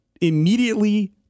immediately